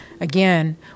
again